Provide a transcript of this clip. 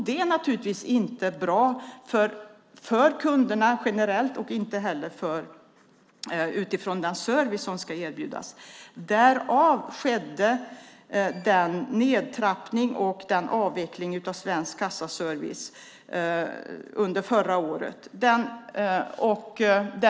Det var naturligtvis inte bra för kunderna generellt och inte heller utifrån den service som ska erbjudas. Därför skedde nedtrappningen och sedan avvecklingen av Svensk Kassaservice under förra året.